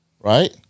Right